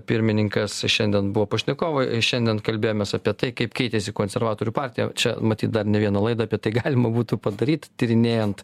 pirmininkas šiandien buvo pašnekovai šiandien kalbėjomės apie tai kaip keitėsi konservatorių partija čia matyt dar ne vieną laidą apie tai galima būtų padaryt tyrinėjant